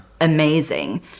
amazing